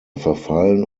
verfallen